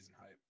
hype